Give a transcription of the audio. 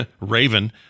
Raven